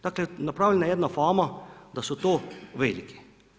Dakle, napravljena je jedna fama da su to veliki.